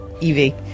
Evie